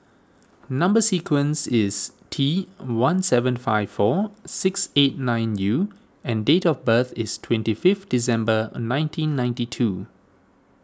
Number Sequence is T one seven five four six eight nine U and date of birth is twenty fifth December nineteen ninety two